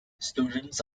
students